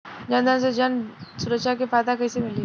जनधन से जन सुरक्षा के फायदा कैसे मिली?